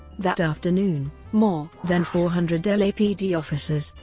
that afternoon, more than four hundred lapd officers,